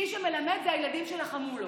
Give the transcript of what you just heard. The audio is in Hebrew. מי שמלמד זה הילדים של החמולות.